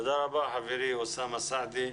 תודה רבה חברי אוסאמה סעדי.